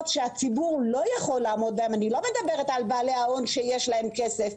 שהציבור לא יכול לעמוד בהן אני לא מדברת על בעלי ההון שיש להם כסף,